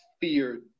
fear